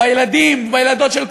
בילדים ובילדות של כולנו,